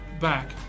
back